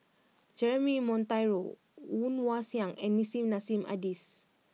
Jeremy Monteiro Woon Wah Siang and Nissim Nassim Adis